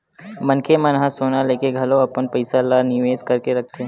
मनखे मन ह सोना लेके घलो अपन पइसा ल निवेस करके रखथे